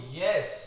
yes